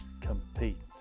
Compete